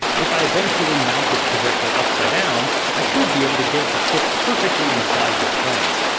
if i eventually mount this projector upside down, i should be able to get it to fit perfectly inside this frame.